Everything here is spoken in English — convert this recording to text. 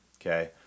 okay